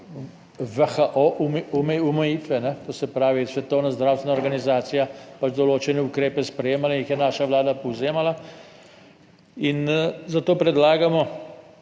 WHO omejitve, to se pravi Svetovna zdravstvena organizacija pač določene ukrepe sprejema, jih je naša vlada povzemala in zato predlagamo,